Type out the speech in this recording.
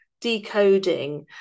decoding